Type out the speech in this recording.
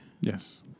Yes